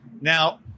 Now